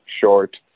short